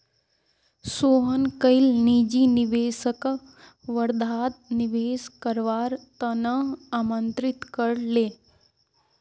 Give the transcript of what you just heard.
सोहन कईल निजी निवेशकक वर्धात निवेश करवार त न आमंत्रित कर ले